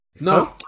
No